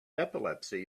epilepsy